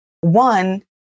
one